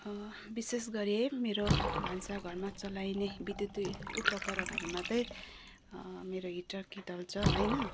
विशेष गरी है मेरो भान्सा घरमा चलाइने विद्युतीय उपकरणहरूमा त मेरो हिटर केटल छ होइन